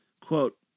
Quote